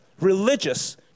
religious